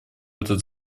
этот